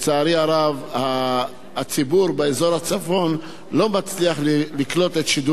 הציבור באזור הצפון לא מצליח לקלוט את שידורי הרשת הזאת,